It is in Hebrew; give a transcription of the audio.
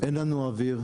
אין לנו אוויר.